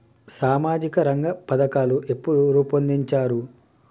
సామాజిక రంగ పథకాలు ఎప్పుడు రూపొందించారు?